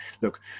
Look